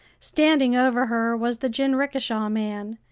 standing over her was the jinrikisha man,